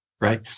right